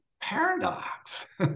paradox